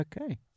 Okay